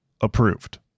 Approved